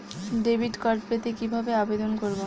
Debit card পেতে কিভাবে আবেদন করব?